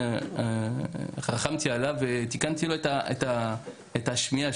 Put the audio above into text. ריחמתי עליו ותיקנתי לו את השמיעה.